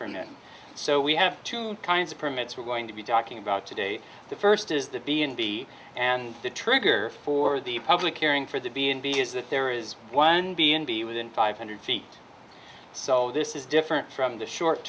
then so we have two kinds of permits we're going to be talking about today the first is the b and b and the trigger for the public hearing for the b and b is that there is one b and b within five hundred feet so this is different from the short